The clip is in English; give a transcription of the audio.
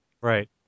Right